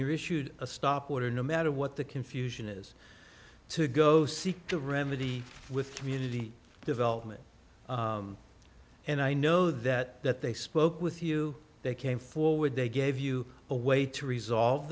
you're issued a stop order no matter what the confusion is to go seek to remedy with community development and i know that that they spoke with you they came forward they gave you a way to resolve